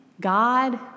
God